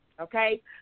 okay